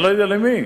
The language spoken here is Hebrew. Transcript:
אני לא יודע למי,